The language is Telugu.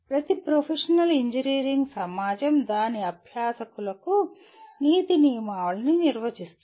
ప్రతి ప్రొఫెషనల్ ఇంజనీరింగ్ సమాజం దాని అభ్యాసకులకు నీతి నియమావళిని నిర్వచిస్తుంది